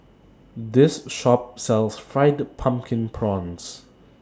This Shop sells Fried Pumpkin Prawns